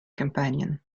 companion